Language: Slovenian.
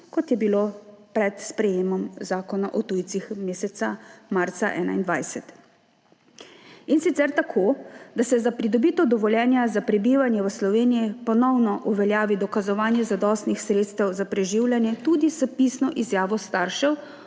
kot je bilo pred sprejemom Zakona o tujcih meseca marca 2021, in sicer tako, da se za pridobitev dovoljenja za prebivanje v Sloveniji ponovno uveljavi dokazovanje zadostnih sredstev za preživljanje tudi s pisno izjavo staršev